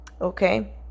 okay